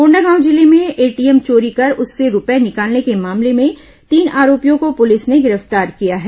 कोंडागांव जिले में एटीएम चोरी कर उससे रूपए निकालने के मामले में तीन आरोपियों को पुलिस ने गिरफ्तार किया है